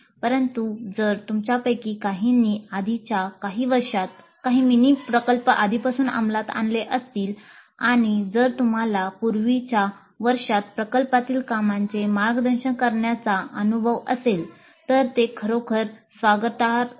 परंतु जर तुमच्यापैकी काहींनी आधीच्या काही वर्षांत काही मिनी प्रकल्प आधीपासून अंमलात आणले असतील आणि जर तुम्हाला पूर्वीच्या वर्षांत प्रकल्पातील कामांचे मार्गदर्शन करण्याचा अनुभव असेल तर ते खरोखर स्वागतार्ह आहे